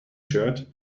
shirt